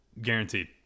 guaranteed